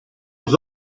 was